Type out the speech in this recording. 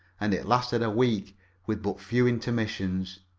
and it lasted a week with but few intermissions.